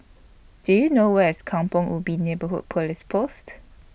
Do YOU know Where IS Kampong Ubi Neighbourhood Police Post